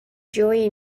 جویی